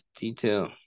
detail